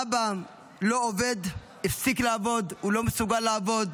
האבא לא עובד, הפסיק לעבוד, הוא לא מסוגל לעבוד.